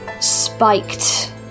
spiked